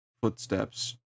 footsteps